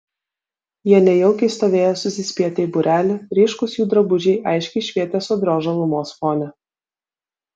jie nejaukiai stovėjo susispietę į būrelį ryškūs jų drabužiai aiškiai švietė sodrios žalumos fone